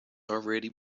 already